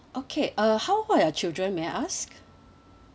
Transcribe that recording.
okay uh how old are your children may I ask